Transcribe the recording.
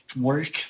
work